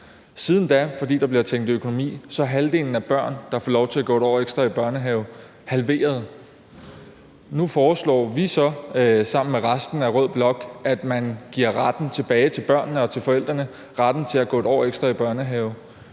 Siden da, fordi der bliver tænkt i økonomi, er andelen af børn, der får lov til at gå et år ekstra i børnehave, halveret. Nu foreslår vi så sammen med resten af rød blok, at man giver retten tilbage til børnene og til forældrene – retten til at gå et år ekstra i børnehave.